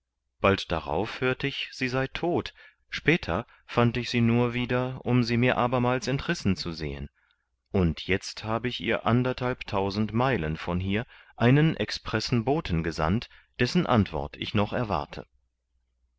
bald darauf hört ich sie sei todt später fand ich sie nur wieder um sie mir abermals entrissen zu sehen und jetzt hab ich ihr anderthalb tausend meilen von hier einen expressen boten gesandt dessen antwort ich noch erwarte